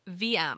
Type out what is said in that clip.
VM